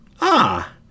Ah